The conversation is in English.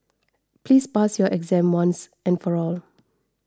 please pass your exam once and for all